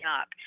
up